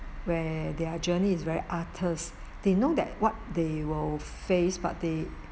where their journey is very arduous they know that what they will face but they